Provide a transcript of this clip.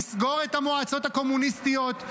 נסגור את המועצות הקומוניסטיות,